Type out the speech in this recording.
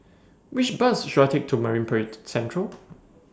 Which Bus should I Take to Marine Parade Central